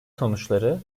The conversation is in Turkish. sonuçları